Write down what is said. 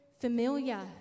familiar